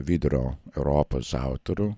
vidurio europos autorių